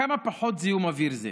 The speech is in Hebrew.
כמה פחות זיהום אוויר זה,